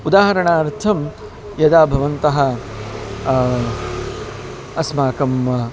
उदाहरणार्थं यदा भवन्तः अस्माकम्